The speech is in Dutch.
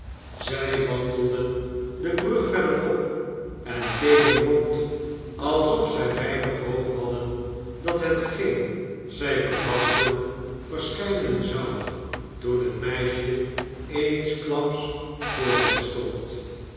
zij wandelden de brug verder op en keken rond alsof zij weinig hoop hadden dat hetgeen zij verwachtten verschijnen zou toen het meisje eensklaps voor hen stond